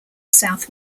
south